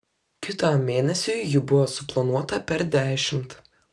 kitam mėnesiui jų buvo suplanuota per dešimt